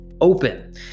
open